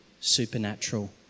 supernatural